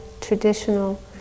traditional